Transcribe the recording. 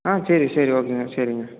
ஆ சரி சரி ஓகேங்க சரிங்க